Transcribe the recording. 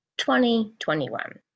2021